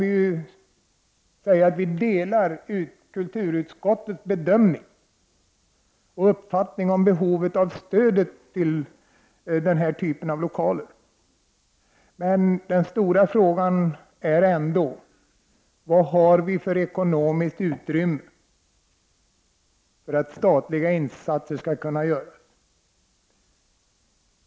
Vi delar i och för sig kulturutskottets bedömning beträffande behovet av stöd till den här typen av lokaler. Men den stora frågan är vilket ekonomiskt utrymme vi har för sådana statliga insatser.